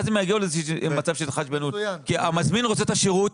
אז הם יגיעו למצב של התחשבנות כי המזמין רוצה את השירות,